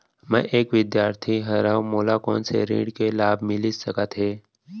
मैं एक विद्यार्थी हरव, मोला कोन से ऋण के लाभ मिलिस सकत हे?